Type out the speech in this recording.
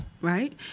Right